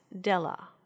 Della